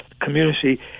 community